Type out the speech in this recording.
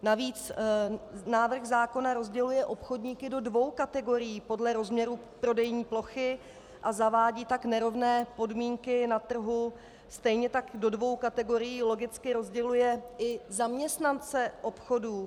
Navíc návrh zákona rozděluje obchodníky do dvou kategorií podle rozměrů prodejní plochy, a zavádí tak nerovné podmínky na trhu, stejně tak do dvou kategorií logicky rozděluje i zaměstnance obchodů.